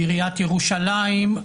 בעיריית ירושלים,